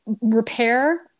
repair